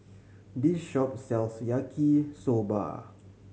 this shop sells Yaki Soba